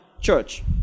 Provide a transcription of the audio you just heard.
church